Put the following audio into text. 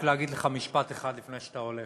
רק להגיד לך משפט אחד לפני שאתה הולך.